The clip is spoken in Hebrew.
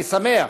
אני שמח